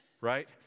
right